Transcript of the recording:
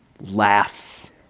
laughs